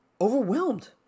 overwhelmed